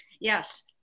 Yes